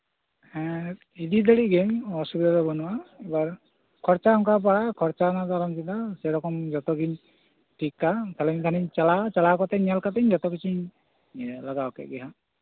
ᱦᱮᱸ ᱤᱫᱤ ᱫᱟᱲᱮᱭᱟᱜ ᱜᱤᱭᱟᱹᱧ ᱚᱥᱩᱵᱤᱫᱟ ᱫᱚ ᱵᱟᱹᱱᱩᱜᱼᱟ ᱮᱵᱟᱨ ᱠᱷᱚᱨᱪᱟ ᱦᱚᱸ ᱚᱱᱠᱟᱜᱮ ᱯᱟᱲᱟᱜᱼᱟ ᱠᱷᱚᱨᱪᱟ ᱱᱤᱭᱮ ᱫᱚ ᱟᱞᱚᱢ ᱪᱤᱱᱛᱟᱹᱜᱼᱟ ᱡᱚᱛᱚᱜᱤᱧ ᱴᱷᱤᱠ ᱠᱟᱜᱼᱟ ᱠᱷᱟᱹᱞᱤ ᱢᱤᱫ ᱫᱷᱟᱣᱤᱧ ᱪᱟᱞᱟᱜᱼᱟ ᱠᱷᱟᱞᱤ ᱪᱟᱞᱟᱣ ᱠᱟᱛᱮ ᱧᱮᱞ ᱠᱟᱛᱮ ᱡᱚᱛᱚ ᱠᱤᱪᱷᱩᱧ ᱞᱟᱜᱟᱣ ᱠᱮᱫ ᱜᱮ ᱱᱟᱦᱟᱸᱜ